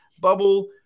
bubble